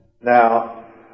Now